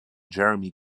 jeremy